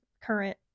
current